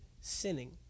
sinning